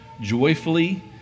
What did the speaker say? joyfully